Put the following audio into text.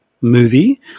movie